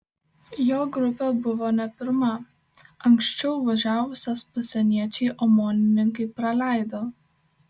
jo grupė buvo ne pirma anksčiau važiavusias pasieniečiai omonininkai praleido